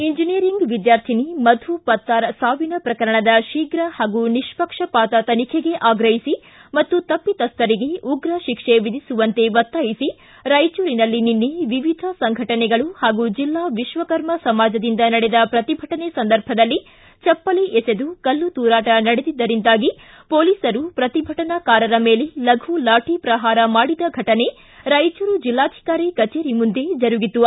engineering ವಿದ್ವಾರ್ಥಿನಿ ಮಧು ಪತ್ತಾರ್ ಸಾವಿನ ಪ್ರಕರಣದ ಶೀಘ ಹಾಗೂ ನಿಷ್ಪಕ್ಷಪಾತ ತನಿಖೆಗೆ ಆಗ್ರಹಿಸಿ ಮತ್ತು ತಪ್ಪಿತಸ್ಥರಿಗೆ ಉಗ್ರ ಶಿಕ್ಷೆ ವಿಧಿಸುವಂತೆ ಒತ್ತಾಯಿಸಿ ರಾಯಚೂರಿನಲ್ಲಿ ನಿನ್ನೆ ವಿವಿಧ ಸಂಘಟನೆಗಳು ಹಾಗೂ ಜಿಲ್ಲಾ ವಿಶ್ವಕರ್ಮ ಸಮಾಜದಿಂದ ನಡೆದ ಪ್ರತಿಭಟನೆ ಸಂದರ್ಭದಲ್ಲಿ ಚಪ್ಪಲಿ ಎಸೆದು ಕಲ್ಲು ತೂರಾಟ ನಡೆದಿದ್ದರಿಂದಾಗಿ ಪೊಲೀಸರು ಶ್ರತಿಭಟನಾಕಾರರ ಮೇಲೆ ಲಘು ಲಾಠಿ ಪ್ರಹಾರ ಮಾಡಿದ ಘಟನೆ ರಾಯಚೂರು ಜಿಲ್ಲಾಧಿಕಾರಿ ಕಚೇರಿ ಮುಂದೆ ಜರುಗಿತು